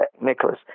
Nicholas